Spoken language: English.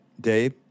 Dave